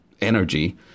energy